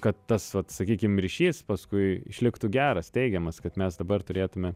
kad tas vat sakykim ryšys paskui išliktų geras teigiamas kad mes dabar turėtume